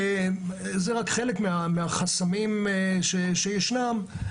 זה רק חלק מהחסמים שישנם,